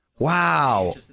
Wow